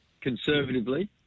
conservatively